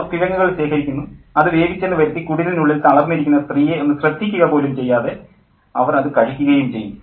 അവർ കിഴങ്ങുകൾ ശേഖരിക്കുന്നു അത് വേവിച്ചെന്നു വരുത്തി കുടിലിനുള്ളിൽ തളർന്നിരിക്കുന്ന സ്ത്രീയെ ഒന്നു ശ്രദ്ധിക്കുക പോലും ചെയ്യാതെ അവർ അത് കഴിക്കുകയും ചെയ്യുന്നു